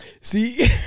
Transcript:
See